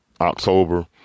October